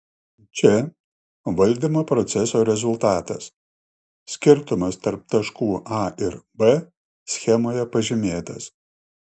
čia valdymo proceso rezultatas skirtumas tarp taškų a ir b schemoje pažymėtas